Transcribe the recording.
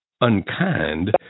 unkind